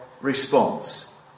response